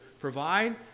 provide